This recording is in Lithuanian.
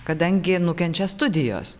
kadangi nukenčia studijos